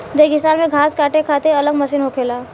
रेगिस्तान मे घास काटे खातिर अलग मशीन होखेला